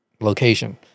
location